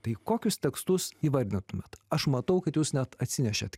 tai kokius tekstus įvardinat tuo met aš matau kad jūs net atsinešėt